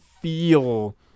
feel